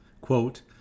quote